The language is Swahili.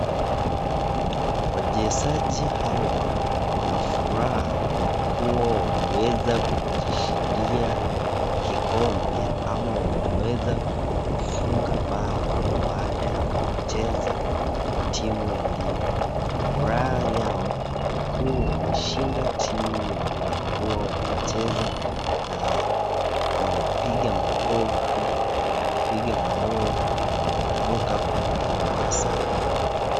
Wachezaji hawa wanafuraha kwakua wameweza kujishindia kikombea au wameza kufunga bao, baada ya kucheza na timu ingine. Furaha yao ni kua wameshinda timu hiyo walikua wanacheza, na wanapiga makofi, wanapiga mayowe na wanaruka kwenye furaha sana